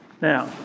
Now